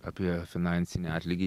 apie finansinį atlygį